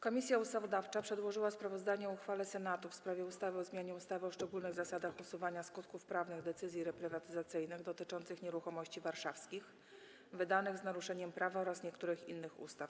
Komisja Ustawodawcza przedłożyła sprawozdanie o uchwale Senatu w sprawie ustawy o zmianie ustawy o szczególnych zasadach usuwania skutków prawnych decyzji reprywatyzacyjnych dotyczących nieruchomości warszawskich, wydanych z naruszeniem prawa oraz niektórych innych ustaw.